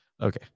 Okay